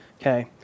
Okay